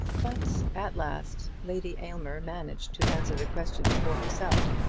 but at last lady aylmer managed to answer the question for herself,